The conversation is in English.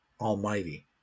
Almighty